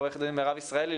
עורכת הדיו מירב ישראלי,